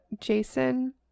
Jason